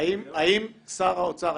האם שר האוצר,